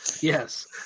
Yes